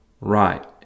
right